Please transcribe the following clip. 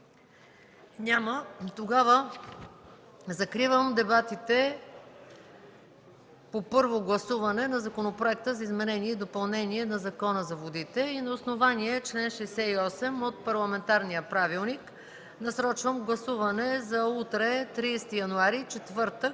Няма. Закривам дебатите по първо гласуване на Законопроекта за изменение и допълнение на Закона за водите. На основание чл. 68 от парламентарния правилник насрочвам гласуване за утре, 30 януари 2014